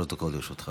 שלוש דקות לרשותך.